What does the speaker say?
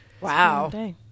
Wow